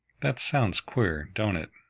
that sounds queer, don't it,